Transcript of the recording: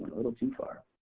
little too far.